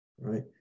right